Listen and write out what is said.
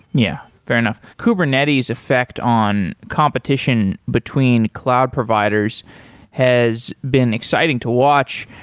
yeah, fair enough. kubernetes effect on competition between cloud providers has been exciting to watch,